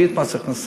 מביא את מס הכנסה,